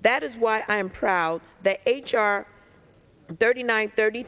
that is why i am proud that h r thirty nine thirty